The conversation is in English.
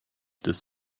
this